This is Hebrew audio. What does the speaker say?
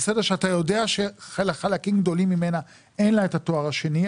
שאתה יודע שלחלקים גדולים ממנה אין תואר שני,